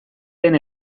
den